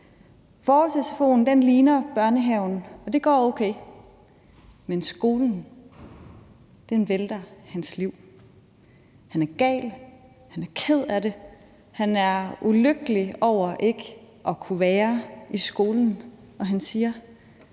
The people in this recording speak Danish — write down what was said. Forårs-SFO'en ligner børnehaven, og det går okay, men skolen vælter hans liv. Han er gal, han er ked af det, han er ulykkelig over ikke at kunne være i skolen, og han siger: